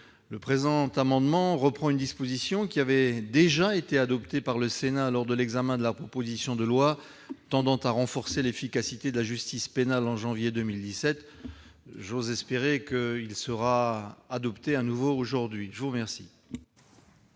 Cet amendement reprend une disposition qui avait déjà été adoptée par le Sénat lors de l'examen de la proposition de loi tendant à renforcer l'efficacité de la justice pénale, en janvier 2017. J'ose espérer que cette mesure sera adoptée de nouveau aujourd'hui. Quel